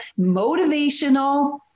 motivational